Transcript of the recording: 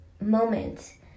moment